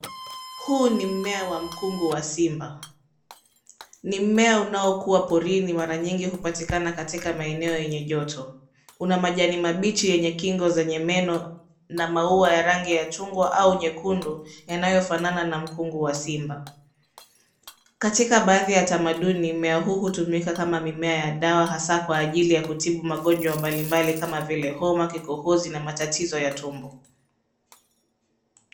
Huu ni mmea wa mkungu wa simba. Ni mmea unaokuwa porini mara nyingi hupatikana katika maeneo yenye joto. Una majani mabichi yenye kingo zenye meno na maua ya rangi ya chungwa au nyekundu yanayofanana na mkungu wa simba. Katika baadhi ya tamaduni mmea huu hutumika kama mimea ya dawa hasa kwa ajili ya kutibu magonjwa mbalimbali kama vile homa, kikohozi na matatizo ya tumbo.